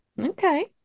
Okay